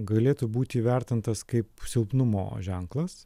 galėtų būti įvertintas kaip silpnumo ženklas